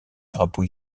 drapeau